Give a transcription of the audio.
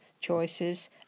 choices